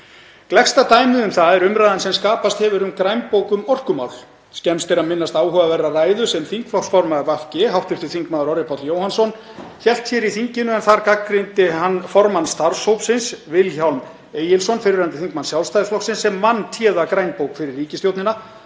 Gleggsta dæmið um það er umræðan sem skapast hefur um grænbók um orkumál. Skemmst er að minnast áhugaverðrar ræðu sem þingflokksformaður VG, hv. þm. Orri Páll Jóhannsson, hélt hér í þinginu en þar gagnrýndi hann formann starfshópsins, Vilhjálm Egilsson, fyrrverandi þingmann Sjálfstæðisflokksins, sem vann téða grænbók fyrir ríkisstjórnina,